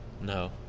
No